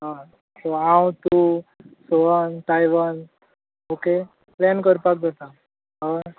हय हांव तूं सोहम टायवन ऑके प्लॅन करपाक जाता हां